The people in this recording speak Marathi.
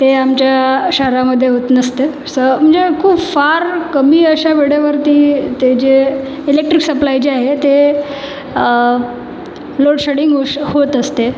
ते आमच्या शहरामध्ये होत नसते असं म्हणजे खूप फार कमी अशा वेळेवरती ते जे इलेक्ट्रिक सप्लाय जे आहे ते लोडशेडिंग होश होत असते